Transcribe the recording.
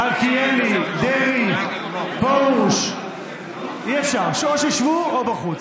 מלכיאלי, דרעי, פרוש, אי-אפשר, או שישבו או בחוץ.